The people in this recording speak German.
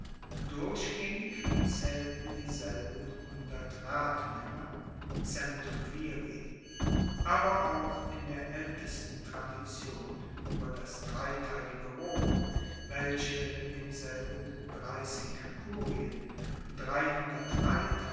durchgaengig zaehlten dieselben hundert ratmaenner centumviri aber auch in der aeltesten tradition ueber das dreiteilige rom welche demselben dreissig kurien